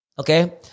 Okay